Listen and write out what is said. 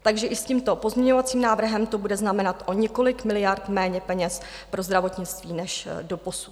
Takže i s tímto pozměňovacím návrhem to bude znamenat o několik miliard méně peněz pro zdravotnictví než doposud.